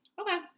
Okay